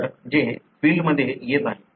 तर जे फील्डमध्ये येत आहे